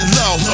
low